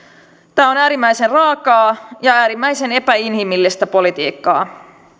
tämä on äärimmäisen raakaa ja äärimmäisen epäinhimillistä politiikkaa